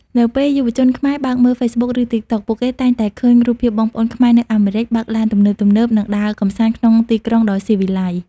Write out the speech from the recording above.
នៅពេលយុវជនខ្មែរបើកមើល Facebook ឬ TikTok ពួកគេតែងតែឃើញរូបភាពបងប្អូនខ្មែរនៅអាមេរិក បើកឡានទំនើបៗ និងដើរកម្សាន្តក្នុងទីក្រុងដ៏ស៊ីវិល័យ។